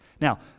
Now